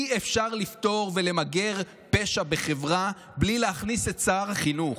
אי-אפשר לפתור ולמגר פשע בחברה בלי להכניס את שר החינוך,